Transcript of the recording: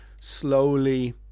slowly